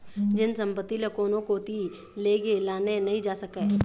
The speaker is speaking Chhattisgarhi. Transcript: जेन संपत्ति ल कोनो कोती लेगे लाने नइ जा सकय